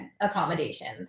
accommodations